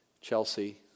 Chelsea